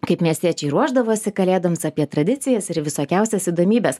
kaip miestiečiai ruošdavosi kalėdoms apie tradicijas ir visokiausias įdomybes